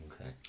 Okay